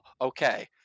Okay